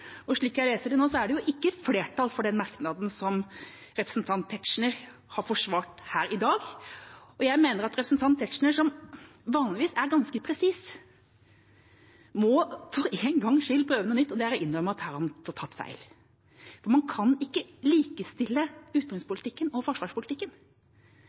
Slik jeg leser det nå, er det ikke flertall for den merknaden som representanten Tetzschner har forsvart her i dag. Jeg mener at representanten Tetzschner, som vanligvis er ganske presis, for en gangs skyld må prøve noe nytt, og det er å innrømme at her har han tatt feil. Man kan ikke likestille